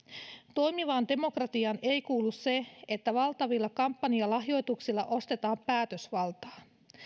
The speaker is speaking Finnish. toimivaan demokratiaan ei kuulu se että valtavilla kampanjalahjoituksilla ostetaan päätösvaltaa